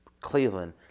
Cleveland